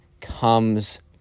comes